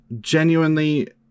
genuinely